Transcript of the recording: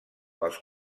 pels